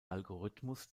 algorithmus